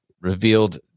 revealed